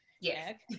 Yes